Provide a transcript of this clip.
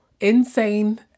insane